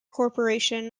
corporation